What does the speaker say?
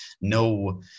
no